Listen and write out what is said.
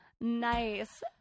nice